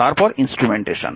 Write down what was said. তারপর ইন্সট্রুমেন্টেশন